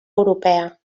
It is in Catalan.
europea